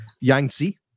Yangtze